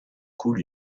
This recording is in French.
coule